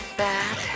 bad